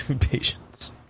Patience